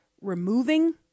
removing